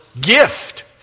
gift